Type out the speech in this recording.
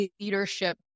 leadership